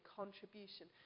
contribution